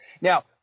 Now